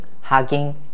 hugging